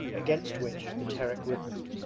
against which the terek rippled.